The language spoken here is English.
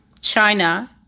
China